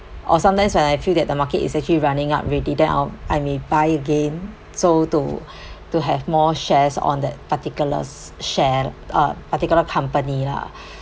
or sometimes when I feel that the market is actually running up ready then I'll I may buy again so to to have more shares on that particulars share uh particular company lah